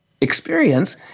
experience